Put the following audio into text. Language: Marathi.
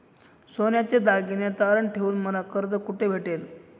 सोन्याचे दागिने तारण ठेवून मला कर्ज कुठे भेटेल?